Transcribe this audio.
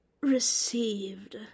received